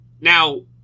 Now